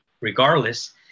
regardless